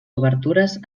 obertures